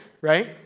right